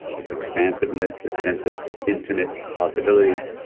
this expansiveness, this sense of infinite possibilities.